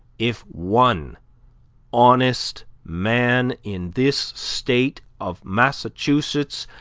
if one honest man, in this state of massachusetts,